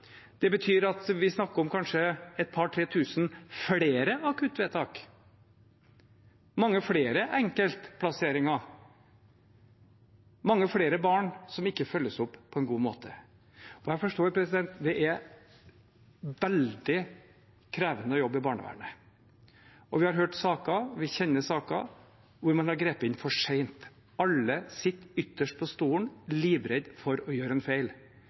Det betyr at vi snakker om kanskje et par–tre tusen flere akuttvedtak, mange flere enkeltplasseringer, mange flere barn som ikke følges opp på en god måte. Jeg forstår at det er veldig krevende å jobbe i barnevernet, og vi har hørt om saker, vi kjenner til saker der man har grepet inn for sent, der alle sitter ytterst på stolen, livredde for å gjøre en feil.